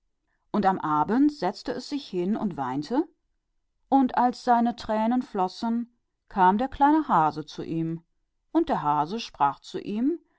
und am abend setzte es sich hin und weinte und als es weinte kam der kleine hase zu ihm und der hase sagte zu ihm